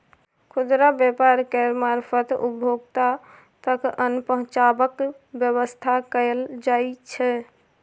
खुदरा व्यापार केर मारफत उपभोक्ता तक अन्न पहुंचेबाक बेबस्था कएल जाइ छै